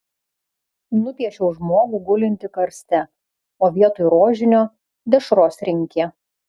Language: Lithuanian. nupiešiau žmogų gulintį karste o vietoj rožinio dešros rinkė